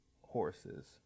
horses